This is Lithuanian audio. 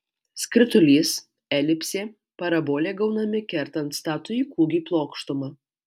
skritulys elipsė parabolė gaunami kertant statųjį kūgį plokštuma